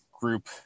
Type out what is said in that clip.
group